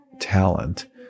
talent